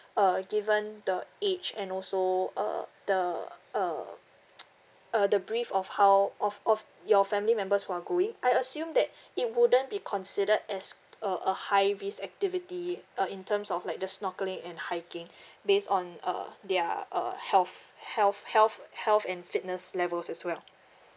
uh given the age and also uh the uh uh the brief of how of of your family members who are going I assume that it wouldn't be considered as uh a high risk activity uh in terms of like the snorkelling and hiking based on uh their uh health health health health and fitness levels as well